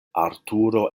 arturo